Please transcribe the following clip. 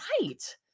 right